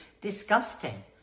Disgusting